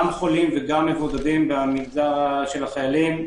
גם חולים וגם מבודדים במגזר החיילים,